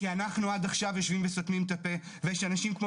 כי אנחנו עד עכשיו יושבים וסותמים את הפה ויש אנשים כמו